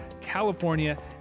California